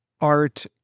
art